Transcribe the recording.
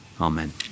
Amen